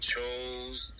Chose